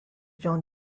john